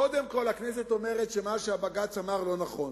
קודם כול הכנסת אומרת שמה שבג"ץ אמר לא נכון.